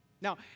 Now